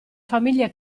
famiglia